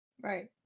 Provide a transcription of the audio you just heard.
Right